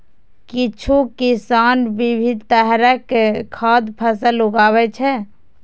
किछु किसान विभिन्न तरहक खाद्य फसल उगाबै छै